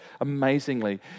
amazingly